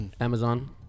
Amazon